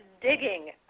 digging